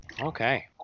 Okay